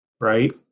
right